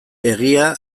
egia